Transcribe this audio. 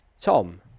Tom